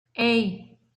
hey